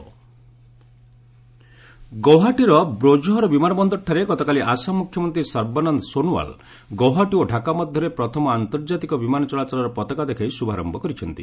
Assam air ଗୌହାଟିର ବ୍ରୋଜହର ବିମାନବନ୍ଦରଠାରେ ଗତକାଲି ଆସାମ ମୁଖ୍ୟମନ୍ତ୍ରୀ ସର୍ବାନନ୍ଦ ସୋନୱାଲ ଗୌହାଟି ଓ ଢାକା ମଧ୍ୟରେ ପ୍ରଥମ ଆନ୍ତର୍ଜାତିକ ବିମାନ ଚଳାଚଳ ପତାକା ଦେଖାଇ ଶୁଭାରମ୍ଭ କରିଛନ୍ତି